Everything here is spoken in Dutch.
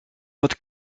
met